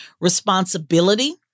responsibility